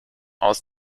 aus